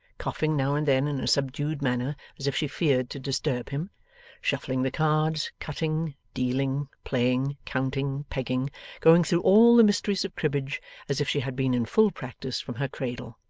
coughing now and then in a subdued manner as if she feared to disturb him shuffling the cards, cutting, dealing, playing, counting, pegging going through all the mysteries of cribbage as if she had been in full practice from her cradle!